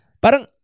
parang